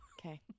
Okay